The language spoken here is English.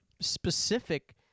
specific